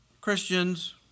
Christians